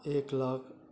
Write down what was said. एक लाख